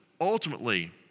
ultimately